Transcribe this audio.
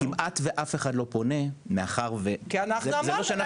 היום כמעט ואף אחד לא פונה, אנחנו לא